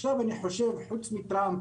עכשיו אני חושב שחוץ מטראמפ